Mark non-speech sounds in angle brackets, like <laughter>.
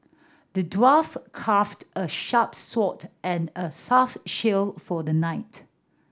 the dwarf crafted a sharp sword and a <unintelligible> shield for the knight